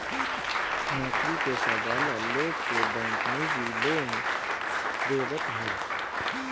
नोकरी पेशा वाला लोग के बैंक निजी लोन देवत हअ